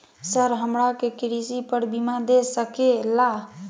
Sir हमरा के कृषि पर बीमा दे सके ला?